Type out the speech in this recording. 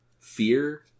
Fear